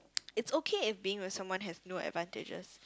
it's okay if being with someone has no advantages